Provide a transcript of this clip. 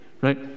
Right